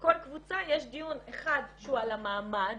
כל קבוצה יש דיון אחד שהוא על המעמד,